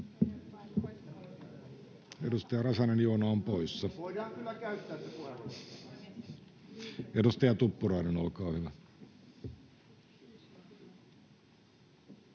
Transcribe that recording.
Edustaja Räsänen, Joona, on poissa. — Edustaja Tuppurainen, olkaa hyvä.